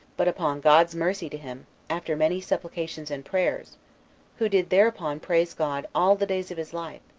but upon god's mercy to him, after many supplications and prayers who did thereupon praise god all the days of his life,